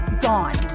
gone